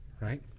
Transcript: Right